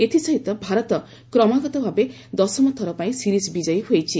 ଏଥିସହିତ ଭାରତ କ୍ରମାଗତଭାବେ ଦଶମଥର ପାଇଁ ସିରିଜ୍ ବିଜୟୀ ହୋଇଛି